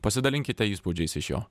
pasidalinkite įspūdžiais iš jo